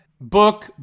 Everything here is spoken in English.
book